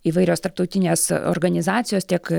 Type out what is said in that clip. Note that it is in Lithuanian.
įvairios tarptautinės organizacijos tiek